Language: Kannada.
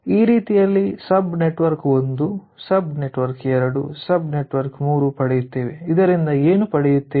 ಈ ರೀತಿಯಲ್ಲಿ sub network 1 sub network 2 sub network 3 ಪಡೆಯುತ್ತೇವೆ ಇದರಿಂದ ಏನು ಪಡೆಯುತ್ತೇವೆ